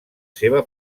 seva